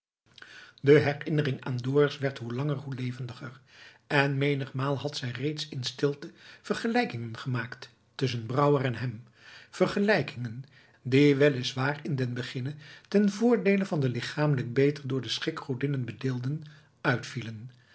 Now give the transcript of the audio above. de herinnering aan dorus werd hoe langer hoe levendiger en menigmaal had zij reeds in stilte vergelijkingen gemaakt tusschen brouwer en hem vergelijkingen die wel is waar in den beginne ten voordeele van den lichamelijk beter door de schikgodinnen bedeelden uitvielen